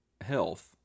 health